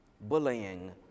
bullying